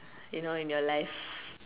you know in your life